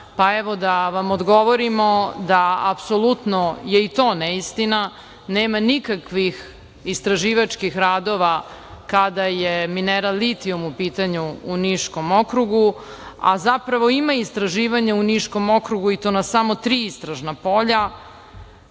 pa evo da vam odgovorimo da apsolutno je i to neistina. Nema nikakvih istraživačkih radova kada je mineral litijum u pitanju u Niškom okrugu, a zapravo ima istraživanja u Niškom okrugu i to na samo tri istražna polja